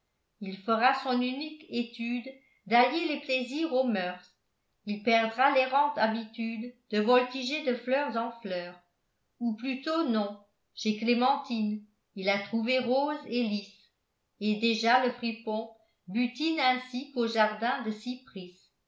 il fera son unique étude d'allier les plaisirs aux moeurs ii perdra l'errante habitude de voltiger de fleurs en fleurs où plutôt non chez clémentine il a trouvé roses et lis et déjà le fripon butine ainsi qu'aux jardins de cypris